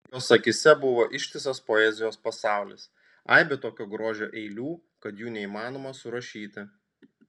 jos akyse buvo ištisas poezijos pasaulis aibė tokio grožio eilių kad jų neįmanoma surašyti